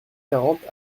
quarante